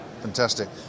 Fantastic